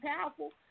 powerful